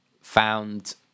found